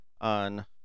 on